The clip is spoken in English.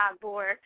board